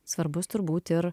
svarbus turbūt ir